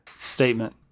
statement